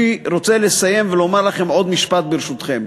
אני רוצה לסיים ולומר לכם עוד משפט, ברשותכם.